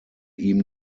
ihm